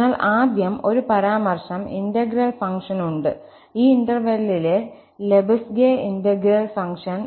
അതിനാൽ ആദ്യം ഒരു പരാമർശം ഇന്റഗ്രൽ ഫംഗ്ഷൻ ഉണ്ട് ഈ ഇന്റെർവെല്ലിലെ ലെബസ്ഗെ ഇന്റഗ്രൽ ഫംഗ്ഷൻ